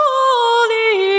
Holy